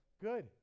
good